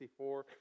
1964